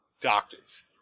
Doctors